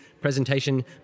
presentation